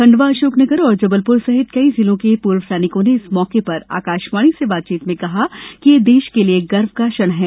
खंडवा अशोकनगर और जबलपुर सहित कई जिलों के पूर्व सैनिकों ने इस मौके पर आकाशवाणी से बातचीत में कहा कि यह देश के लिए गर्व का क्षण है